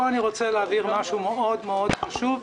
פה אני רוצה להבהיר משהו מאוד מאוד חשוב,